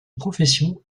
profession